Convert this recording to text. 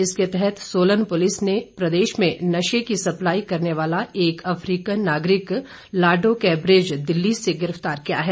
इसके तहत सोलन पुलिस ने प्रदेश में नशे की सप्लाई करने वाला एक अफ्रीकन नागरिक लाडोकैबरेज दिल्ली से गिरफ्तार किया है